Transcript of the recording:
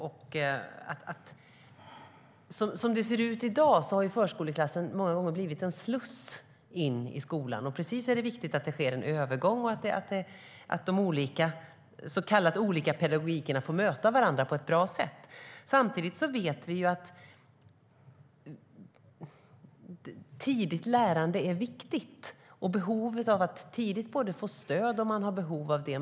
Som det ser ut i dag har förskoleklassen många gånger blivit en sluss in i skolan. Visst är det viktigt att det sker en övergång och att de så kallade olika pedagogikerna får möta varandra på ett bra sätt. Samtidigt vet vi att ett tidigt lärande är viktigt liksom att tidigt få stöd om man behöver det.